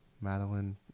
Madeline